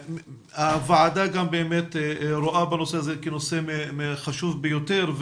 והוועדה גם באמת רואה בנושא הזה כנושא חשוב ביותר,